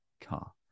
car